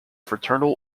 fraternal